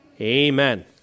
Amen